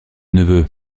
neveu